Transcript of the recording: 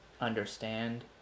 understand